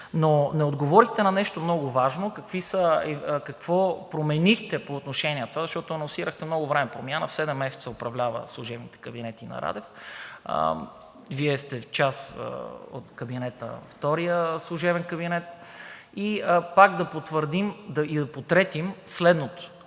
Но не отговорихте на нещо много важно: какво променихте по отношение на това, защото анонсирахте много време промяна – седем месеца управляват служебните кабинети на Радев, Вие сте част от кабинета – втория служебен кабинет? Пак да потвърдим и да потретим следното: